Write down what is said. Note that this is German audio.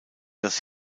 das